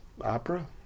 opera